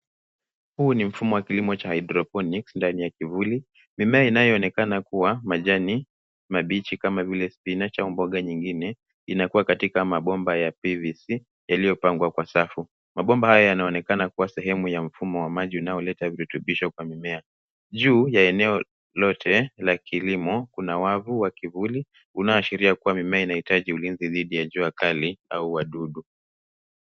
Huu ni mfumo wa kilimo cha hydroponics ndani ya kivuli . Mimea inayoonekana kuwa majani mabichi kama vile spinach au mboga nyingine inakuwa katika mabomba ya PVC yaliyopangwa kwa safu. Mabomba haya yanaonekana kuwa sehemu ya mfumo wa maji unaoleta virutubisho kwa mimea. Juu ya eneo lote la kilimo kuna wavu wa kivuli unaoashiria mimea inahitaji ulinzi dhidi ya jua kali au wadudu.